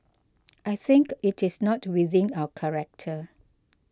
I think it is not within our character